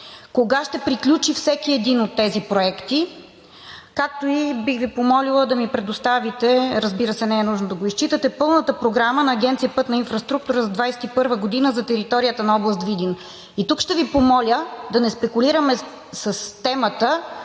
кога ще приключи всеки един от тези проекти; както и бих Ви помолила, да ми предоставите, разбира се, не е нужно да го изчитате, пълната програма на Агенция „Пътна инфраструктура“ за 2021 г. за територията на област Видин? И тук ще Ви помоля да не спекулираме с темата